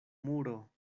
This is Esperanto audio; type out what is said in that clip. muro